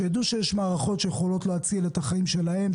שידעו שיש מערכות שיכולות להציל את החיים שלהם,